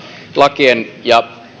lakien ja